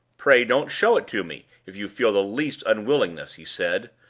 pray don't show it to me, if you feel the least unwillingness, he said,